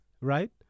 Right